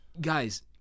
guys